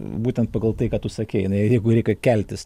būtent pagal tai ką tu sakei ir jeigu reika keltis